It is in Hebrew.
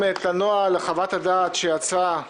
הנוהל לחוות הדעת שיצאה